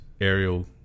aerial